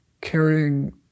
carrying